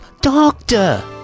Doctor